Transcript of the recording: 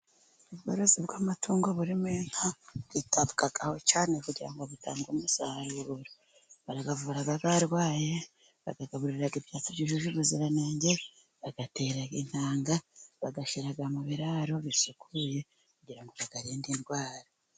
Ubworozi bw'amatungo burimo inka, bwitabwaho cyane kugira ngo butange umusaruro, barayavura yarwaye bayagaburira ibyatsi byujuje ubuziranenge, bayatera intanga bayashyira mu biraro bisukuye kugirango ngo bayarinde indwara.